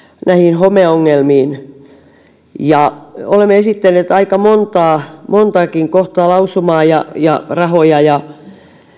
näihin homeongelmiin olemme esittäneet aika montakin kohtaa lausumaa ja ja rahoja ja